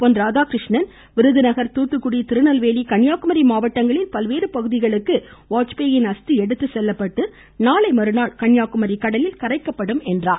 பொன் ராதாகிருஷ்ணன் விருதுநகர் தூத்துக்குடி திருநெல்வேலி கன்னியாகுமரி மாவட்டங்களின் பல்வேறு பகுதிகளுக்கு வாஜ்பாயின் அஸ்தி எடுத்துச்செல்லப்பட்டு நாளை மறுநாள் கன்னியாகுமாி கடலில் கரைக்கப்படும் என்றார்